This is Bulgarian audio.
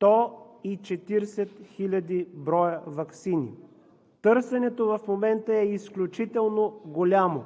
140 хил. броя ваксини. Търсенето в момента е изключително голямо.